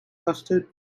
custard